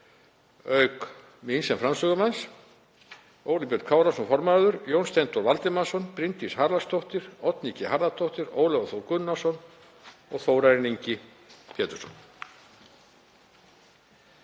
auk mín sem framsögumanns: Óli Björn Kárason formaður, Jón Steindór Valdimarsson, Bryndís Haraldsdóttir, Oddný G. Harðardóttir, Ólafur Þór Gunnarsson og Þórarinn Ingi Pétursson.